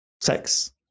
sex